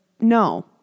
no